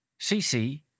CC